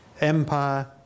empire